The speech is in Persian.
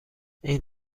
این